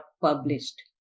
published